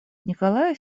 николай